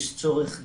יש צורך גם,